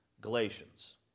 Galatians